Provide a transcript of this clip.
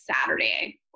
Saturday